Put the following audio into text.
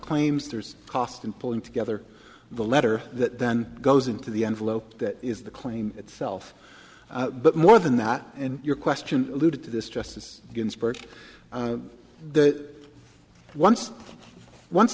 claims there's a cost in pulling together the letter that then goes into the envelope that is the claim itself but more than that and your question alluded to this justice ginsburg that once once